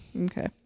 okay